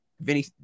Vinny